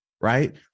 right